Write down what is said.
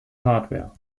hardware